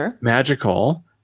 magical